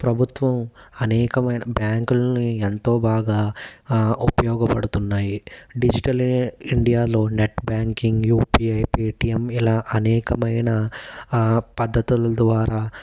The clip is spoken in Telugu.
ప్రభుత్వం అనేకమైన బ్యాంకులని ఎంతో బాగా ఉపయోగపడుతున్నాయి డిజిటల్ ఇండియాలో net banking U P I Paytm ఇలా అనేకమైన పద్ధతుల ద్వారా